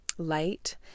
light